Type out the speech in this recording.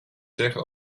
zeggen